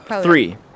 Three